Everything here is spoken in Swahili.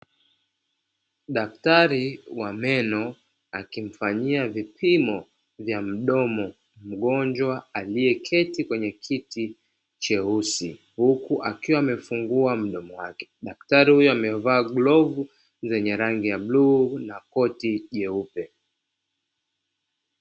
Daktari wa meno akimfanyia vipimo vya mdomo mgonjwa aliyeketi kwenye kiti cheusi, huku akiwa amefungua mdomo wake. Daktari huyo amevaa glovu zenye rangi ya bluu na koti jeupe.